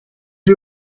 you